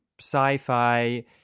sci-fi